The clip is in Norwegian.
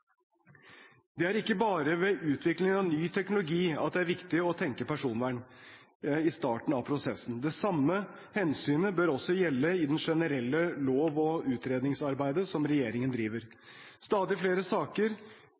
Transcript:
Det er ikke bare ved utvikling av ny teknologi at det er viktig å tenke personvern i starten av prosessen. Det samme hensynet bør også gjelde i det generelle lov- og utredningsarbeidet som regjeringen driver. Stadig flere saker